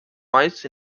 meist